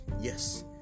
Yes